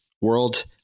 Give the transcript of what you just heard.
World